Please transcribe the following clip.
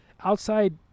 outside